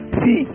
see